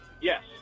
Yes